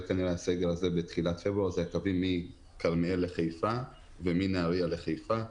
הסגר הזה בתחילת שבוע זה הקווים מכרמיאל לחיפה ומנהריה לחיפה.